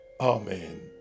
Amen